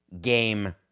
game